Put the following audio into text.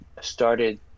started